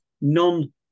non